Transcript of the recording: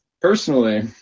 personally